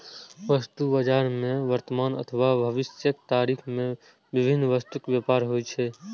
वस्तु बाजार मे वर्तमान अथवा भविष्यक तारीख मे विभिन्न वस्तुक व्यापार होइ छै